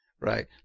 right